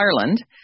Ireland